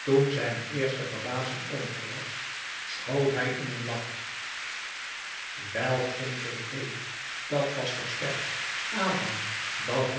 toen zijn eerste verbazing over was schoot hij in een lach wel gévédé dat was toch sterk adam dat